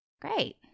Great